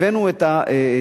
הבאנו את התיקון.